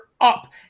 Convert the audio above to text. up